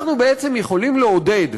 אנחנו בעצם יכולים לעודד,